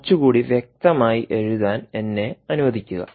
കുറച്ചുകൂടി വ്യക്തമായി എഴുതാൻ എന്നെ അനുവദിക്കുക